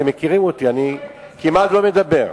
אתם מכירים אותי, אני כמעט לא מדבר.